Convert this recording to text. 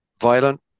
violent